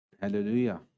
Hallelujah